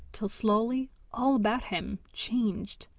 till slowly all about him changed,